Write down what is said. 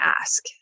ask